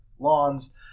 Lawns